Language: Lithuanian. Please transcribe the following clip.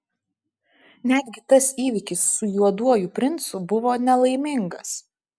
netgi tas įvykis su juoduoju princu buvo nelaimingas